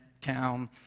town